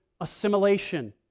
assimilation